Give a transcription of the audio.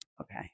Okay